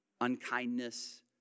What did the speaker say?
unkindness